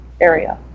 area